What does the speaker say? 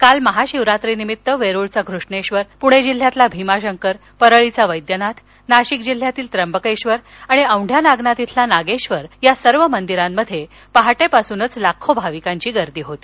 काल महाशिवरात्रीनिमित्त वेरूळचा घृष्णेक्षर पुणे जिल्ह्यातील भीमाशंकर परळीचा वैद्यनाथ नाशिक जिल्ह्यातील त्र्यंबकेश्वर आणि औंढ्या नागनाथ इथला नागेश्वर या सर्व मंदिरांमध्ये पहाटेपासून लाखो भाविकांची गर्दी होती